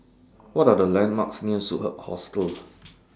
What Are The landmarks near Superb Hostel